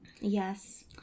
Yes